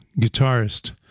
guitarist